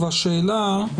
והשאלה היא: